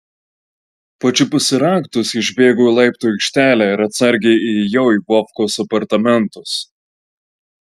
pačiupusi raktus išbėgau į laiptų aikštelę ir atsargiai įėjau į vovkos apartamentus